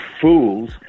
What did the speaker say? fools